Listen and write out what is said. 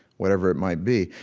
whatever it might be.